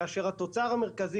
כאשר התוצר המרכזי,